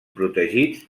protegits